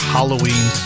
Halloween